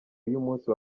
y’umunsi